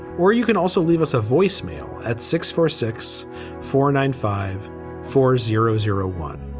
or you can also leave us a voicemail at six four six four nine five four zero zero one.